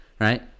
right